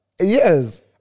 Yes